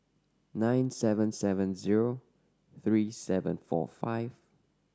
nine seven seven zero three seven four five